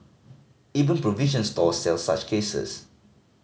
even provision stores sell such cases